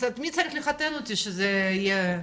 מי צריך לחתן אותי שזה יהיה תקין?